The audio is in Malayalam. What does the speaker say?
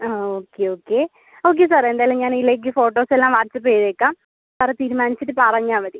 ആ ഓക്കെ ഓക്കെ ഓക്കെ സാർ എന്തായാലും ഞാന് ഇതിലേക്ക് ഫോട്ടോസ് എല്ലാം വാട്ട്സ്ആപ്പ് ചെയ്തേക്കാം സാറ് തീരുമാനിച്ചിട്ട് പറഞ്ഞാൽ മതി